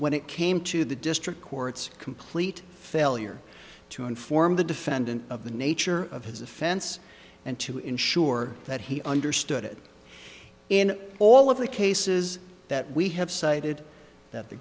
when it came to the district court's complete failure to inform the defendant of the nature of his offense and to ensure that he understood it in all of the cases that we have cited that the